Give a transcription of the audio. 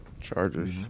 Chargers